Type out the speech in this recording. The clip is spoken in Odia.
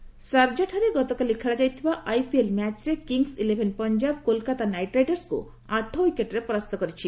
ଆଇପିଏଲ୍ ସାର୍ଜାଠାରେ ଗତକାଲି ଖେଳାଯାଇଥିବା ଆଇପିଏଲ୍ ମ୍ୟାଚ୍ରେ Kings Eleven Punjab Kolkata Knight ରାଇଡର୍ସକୁ ଆଠ ଉଇକେଟ୍ରେ ପରାସ୍ତ କରିଛି